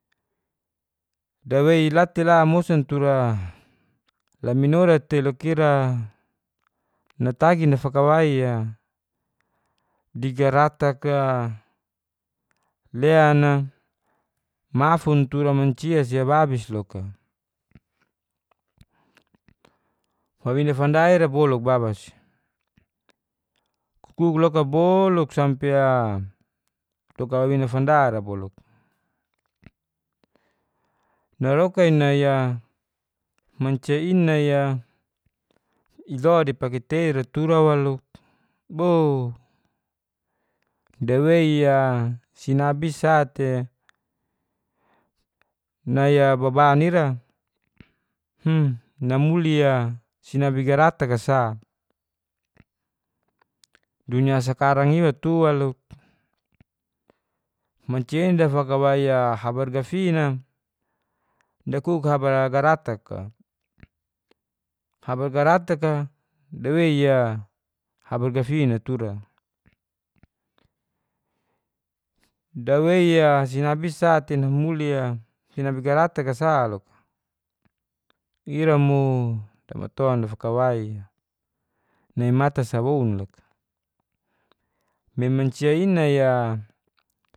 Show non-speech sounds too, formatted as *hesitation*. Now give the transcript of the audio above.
Dawei la tela mosan tura laminora tei loka ira natagi nafakawai a di garatak a lean a, mafun tura mancia a ababis loka. wawina fanda ira boluk baba si, kukuk loka boluk sampi a doka wawina fanda ra boluk. naroka i nai a mancia i nai a ilo dapaki tei ra tura waluk bouuuu dawei a sinabi i sa te nai a baban ira *hesitation* namuli a sinabi garatak a sa. dunia sakarang iwa tu waluk mancia i dafakawai a habar gafin a dakuk a habar garatak a, habar garatak a dawei a habar gafin a tura. dawei a sinabi i sa te namuli a sinabi garatak sa loka ira mu damaton dafakawai a nai mata sa woun loka me mancia i nai a